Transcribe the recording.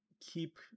keep